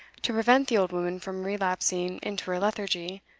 to prevent the old woman from relapsing into her lethargy,